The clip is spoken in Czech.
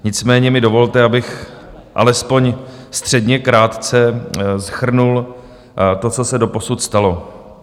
Nicméně mi dovolte, abych alespoň středně krátce shrnul to, co se doposud stalo.